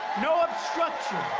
no obstruction.